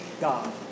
God